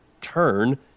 turn